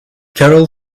carol